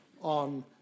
on